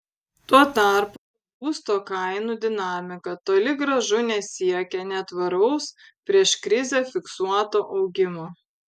tuo tarpu būsto kainų dinamika toli gražu nesiekia netvaraus prieš krizę fiksuoto augimo